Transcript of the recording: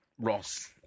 ross